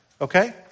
Okay